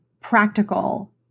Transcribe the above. practical